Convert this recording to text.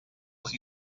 les